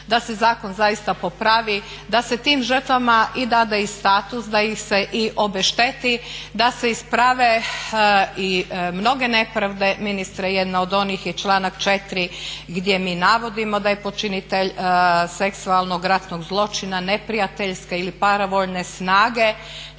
da se zakon zaista popravi, da se tim žrtvama i dade i status, da ih se i obešteti, da se isprave i mnoge nepravde. Ministre jedna od onih je i članak 4. gdje mi navodimo da je počinitelj seksualnog ratnog zločina neprijateljske ili paravojne snage,